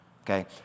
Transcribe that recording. okay